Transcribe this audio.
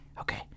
Okay